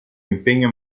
impegno